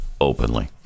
openly